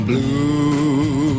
Blue